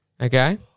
Okay